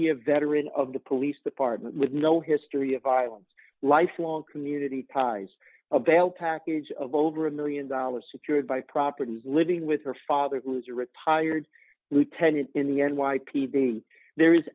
year veteran of the police department with no history of violence lifelong community ties a belt package of over a one million dollars secured by property living with her father who is a retired lieutenant in the n y p d there is